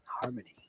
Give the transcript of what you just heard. Harmony